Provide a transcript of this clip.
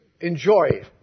enjoy